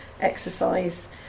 Exercise